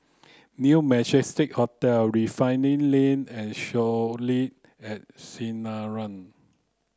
New Majestic Hotel Refinery Lane and Soleil at Sinaran